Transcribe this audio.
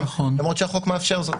למרות שהחוק מאפשר זאת.